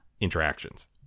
interactions